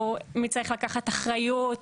מי צריך לקחת אחריות,